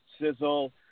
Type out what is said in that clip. sizzle